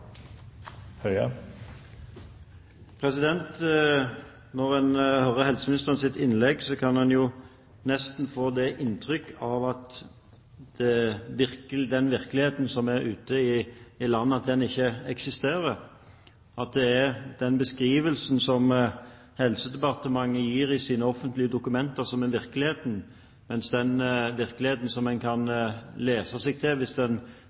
Når en hører helseministerens innlegg, kan en nesten få det inntrykk at den virkeligheten som er rundt om i landet, ikke eksisterer – at det er den beskrivelsen som Helsedepartementet gir i sine offentlige dokumenter, som er virkeligheten, mens den virkeligheten en opplever hvis en leser landets lokalaviser eller snakker med de berørte, ikke eksisterer: f.eks. at en